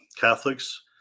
Catholics